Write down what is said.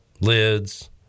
lids